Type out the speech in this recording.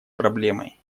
проблемой